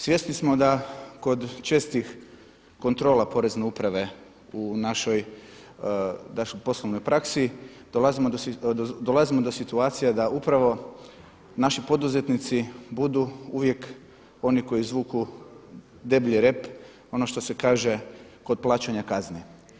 Svjesni smo da kod čestih kontrola porezne uprave u našoj poslovnoj praksi dolazimo do situacija da upravo naši poduzetnici budu uvijek oni koji izvuku deblji rep ono što se kaže kod plaćanja kazni.